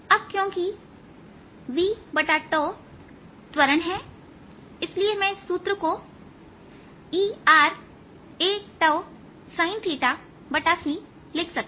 अब क्योंकि v 𝜏 त्वरण है इसलिए मैं इस सूत्र को Er at sincलिख सकता